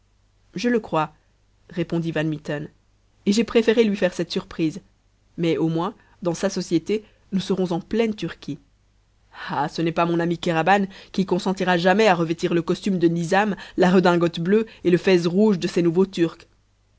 je le crois répondit van mitten et j'ai préféré lui faire cette surprise mais au moins dans sa société nous serons en pleine turquie ah ce n'est pas mon ami kéraban qui consentira jamais à revêtir le costume du nizam la redingote bleue et le fez rouge de ces nouveaux turcs